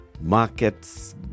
markets